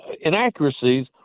inaccuracies